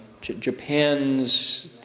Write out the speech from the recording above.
Japan's